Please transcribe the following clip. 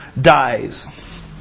dies